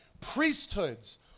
priesthoods